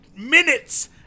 minutes